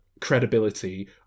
credibility